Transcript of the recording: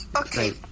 Okay